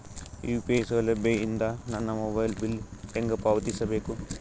UPI ಸೌಲಭ್ಯ ಇಂದ ನನ್ನ ಮೊಬೈಲ್ ಬಿಲ್ ಹೆಂಗ್ ಪಾವತಿಸ ಬೇಕು?